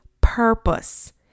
purpose